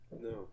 No